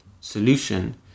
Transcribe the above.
solution